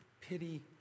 pity